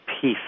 peace